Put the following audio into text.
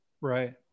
right